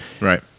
Right